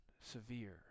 severe